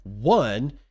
One